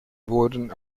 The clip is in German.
wurden